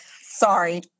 sorry